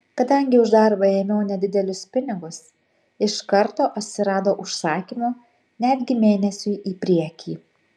kadangi už darbą ėmiau nedidelius pinigus iš karto atsirado užsakymų netgi mėnesiui į priekį